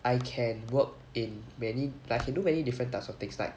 I can work in many like I can do many different types of things like